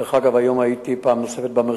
דרך אגב, היום הייתי פעם נוספת במרחב,